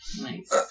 Nice